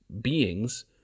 beings